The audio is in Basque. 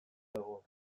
dago